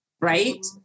Right